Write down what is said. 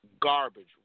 garbage